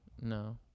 No